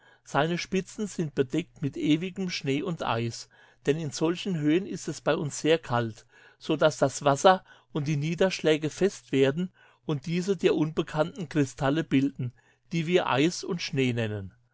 seine spitzen sind bedeckt mit ewigem schnee und eis denn in solchen höhen ist es bei uns sehr kalt so daß das wasser und die niederschläge fest werden und diese dir unbekannten kristalle bilden die wir eis und schnee nennen